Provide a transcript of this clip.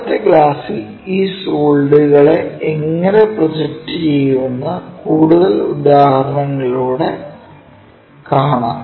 അടുത്ത ക്ലാസ്സിൽ ഈ സോളിഡുകളെ എങ്ങിനെ പ്രൊജക്റ്റ് ചെയ്യുന്നുവെന്ന് കൂടുതൽ ഉദാഹരണങ്ങളിലൂടെ കാണാം